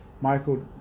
Michael